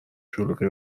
شلوغی